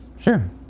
Sure